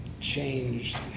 changed